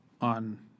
on